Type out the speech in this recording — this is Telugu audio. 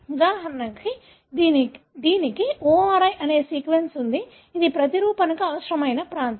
ఉదాహరణకు దీనికి ORI అనే సీక్వెన్స్ ఉంది ఇది ప్రతిరూపణకు అవసరమైన ప్రాంతం